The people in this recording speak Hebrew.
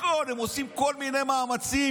הכול, הם עושים כל מיני מאמצים,